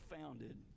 founded